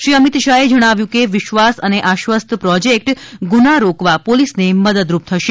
શ્રી અમિત શાહે જણાવ્યું હતું કે વિશ્વાસ અને આશ્વસ્ત પ્રોજેક્ટ ગુના રોકવા પોલીસને મદદરૂપ થશે